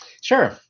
Sure